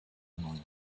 mind